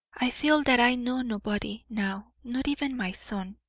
i feel that i know nobody now, not even my son.